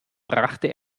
brachte